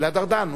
גלעד ארדן.